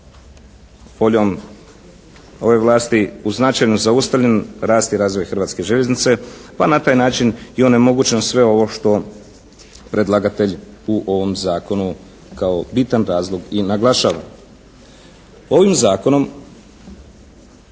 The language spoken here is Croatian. voljom ove vlasti u značaju zaustavljen rast i razvoj Hrvatske željeznice, pa na taj način i onemogućeno sve ovo što predlagatelj u ovom zakonu kao bitan razlog i naglašava. Ovim Zakonom